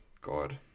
God